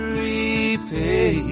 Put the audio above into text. repay